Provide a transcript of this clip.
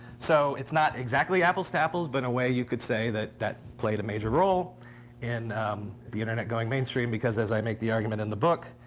so it's not exactly apples to apples, but in a way, you could say that that played a major role in the internet going mainstream. because as i make the argument in the book,